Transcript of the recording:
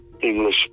english